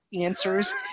answers